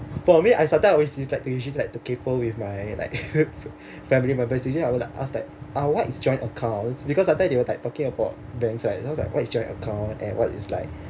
for me I started always like usually like to kepo with my like fa~ family members usually I want to ask like ah what is joint account because sometimes they'll like talking about banks so I was like what is joint account and what is like